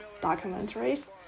documentaries